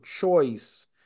choice